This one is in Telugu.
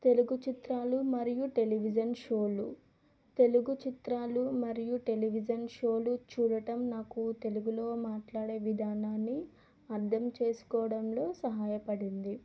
తెలుగు చిత్రాలు మరియు టెలివిజన్ షోలు తెలుగు చిత్రాలు మరియు టెలివిజన్ షోలు చూడటం నాకు తెలుగులో మాట్లాడే విధానాన్ని అర్థం చేసుకోవడంలో సహాయపడింది